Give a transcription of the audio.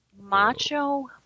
Macho